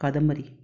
कादंबरी